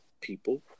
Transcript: people